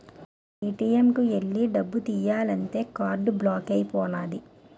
ATM కు ఎల్లి డబ్బు తియ్యాలంతే కార్డు బ్లాక్ అయిపోనాది